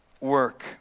work